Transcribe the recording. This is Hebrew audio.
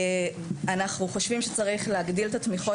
אנחנו חושבים שצריך להגדיל את התמיכות